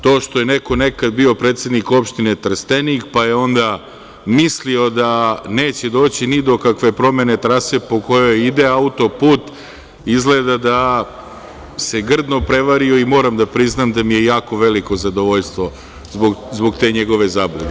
To što je neko nekada bio predsednik opštine Trstenik, pa je onda mislio da neće doći ni do kakve promene trase po kojoj ide autoput, izgleda da se grdno prevario i moram da priznam da mi je jako veliko zadovoljstvo zbog te njegove zablude.